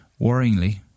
worryingly